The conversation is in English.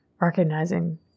recognizing